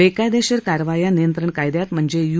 बेकायदेशीर कारवाया नियंत्रण कायद्यात म्हणजेच यु